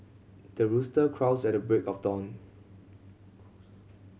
the rooster crows at the break of dawn